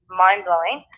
mind-blowing